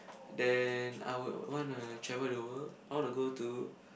then I would wanna travel the world I wanna go to